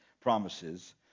promises